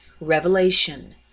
Revelation